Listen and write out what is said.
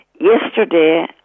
Yesterday